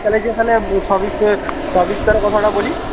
বিকালে গিয়ে তাহলে সবিস্তারে সবিস্তারে কথাটা বলি